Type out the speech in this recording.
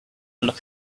look